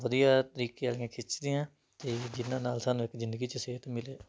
ਵਧੀਆ ਤਰੀਕੇ ਵਾਲੀਆਂ ਖਿੱਚਦੇ ਹਾਂ ਅਤੇ ਜਿਨ੍ਹਾਂ ਨਾਲ ਸਾਨੂੰ ਇੱਕ ਜ਼ਿੰਦਗੀ 'ਚ ਸੇਧ ਮਿਲੇ